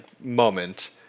moment